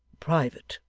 private